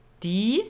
die